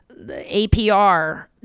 APR